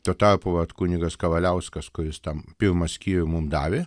tuo tarpu vat kunigas kavaliauskas kuris ten pirmą skyrių mum davė